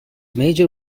major